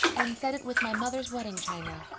and set it with my mother's wedding china.